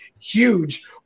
huge